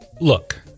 Look